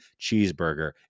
cheeseburger